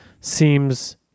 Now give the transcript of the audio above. seems